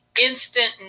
instant